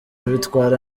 abitwara